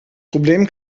problem